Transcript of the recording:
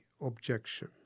objection